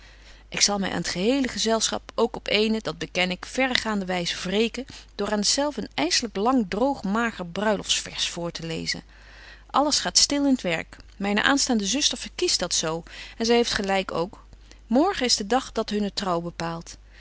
ik zal my aan t gehele gezelschap ook op eene dat beken ik verregaande wys wreken door aan het zelve een ysselyk lang droog mager bruilofts vaers voor te lezen alles gaat stil in t werk myne aanstaande zuster verkiest dat zo en zy heeft gelyk ook morgen is de dag tot hunnen trouw bepaalt